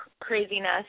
craziness